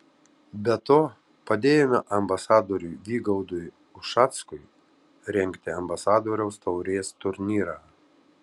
be to padėjome ambasadoriui vygaudui ušackui rengti ambasadoriaus taurės turnyrą